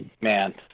man